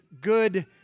good